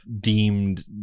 deemed